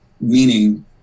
meaning